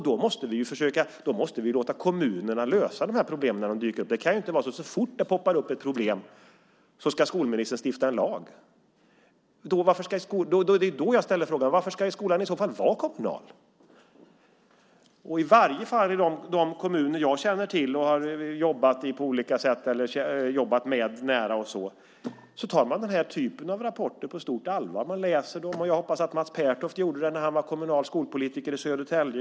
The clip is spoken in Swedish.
Då måste vi låta kommunerna lösa de här problemen när de dyker upp. Det kan inte vara så att så fort det poppar upp ett problem ska skolministern stifta en lag. Det är då jag ställer frågan: Varför ska skolan i så fall vara kommunal? I de kommuner jag känner till och har jobbat nära med tar man den här typen av rapporter på stort allvar. Jag hoppas att Mats Pertoft gjorde det när har var kommunal skolpolitiker i Södertälje.